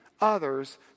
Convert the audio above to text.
Others